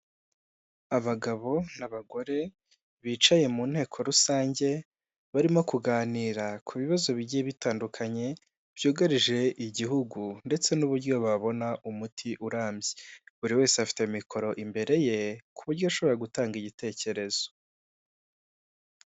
Aha ndahabona ibintu bigiye bitandukanye aho ndimo kubona abantu bagiye batandukanye, imodoka ndetse ndikubona moto zigiye zitandukanye, kandi nkaba ndimo ndabona na rifani zigiye zitandukanye, ndetse kandi nkaba ndimo kuhabona n'umuhanda wa kaburimbo.